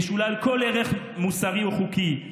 משולל כל ערך מוסרי או חוקי,